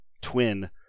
twin